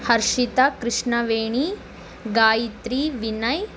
Harshita Krishnaveni Gayatri Vinay